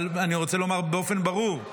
אבל אני רוצה לומר באופן ברור,